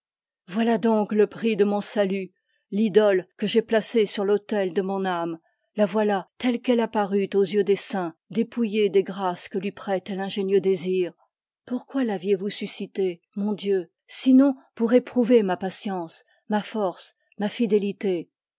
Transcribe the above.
voilà donc le prix de mon salut l'idole que j'ai placée sur l'autel de mon âme la voilà telle qu'elle apparut aux yeux des saints dépouillée des grâces que lui prête l'ingénieux désir pourquoi laviez vous suscitée mon dieu sinon pour éprouver ma patience ma force ma fidélité